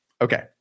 Okay